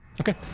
Okay